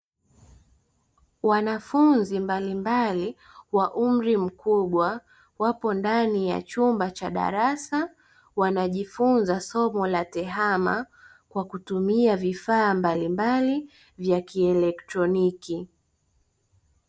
Wanafunzi mbalimbali wa umri mkubwa wapo ndani ya chumba cha darasa wanajifunza somo la TEHAMA kwa kutumia vifaa mbalimbali vya kielektroniki.